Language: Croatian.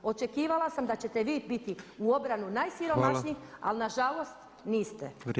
Očekivala sam da ćete vi biti u obranu najsiromašnijih ali nažalost niste.